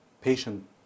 patient